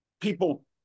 people